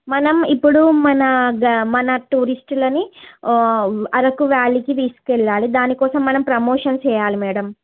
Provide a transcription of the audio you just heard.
మనం ఇప్పుడు మన గ మన టూరిస్టులని అరకు వ్యాలీకి తీసుకెళ్ళాలి దానికోసం మనం ప్రమోషన్ చెయ్యాలి మ్యాడమ్